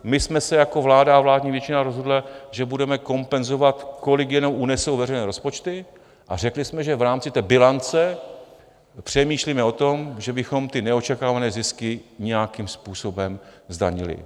My jsme se jako vláda a vládní většina rozhodla, že budeme kompenzovat, kolik jenom unesou veřejné rozpočty, a řekli jsme, že v rámci té bilance přemýšlíme o tom, že bychom neočekávané zisky nějakým způsobem zdanili.